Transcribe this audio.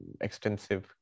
extensive